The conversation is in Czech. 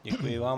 Děkuji vám.